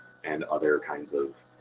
and other kinds of